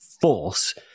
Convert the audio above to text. false